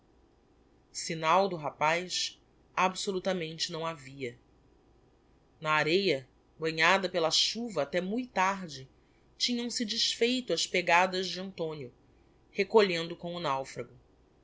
signal do rapaz absolutamente não havia na areia banhada pela chuva até mui tarde tinham-se desfeito as pegadas de antonio recolhendo com